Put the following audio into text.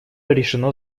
решено